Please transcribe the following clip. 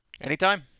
Anytime